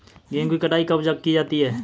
गेहूँ की कटाई कब की जाती है?